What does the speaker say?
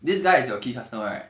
this guy is your key customer right